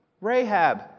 Rahab